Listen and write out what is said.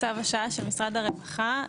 משרד הרווחה.